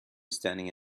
standing